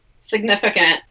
significant